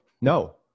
No